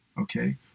Okay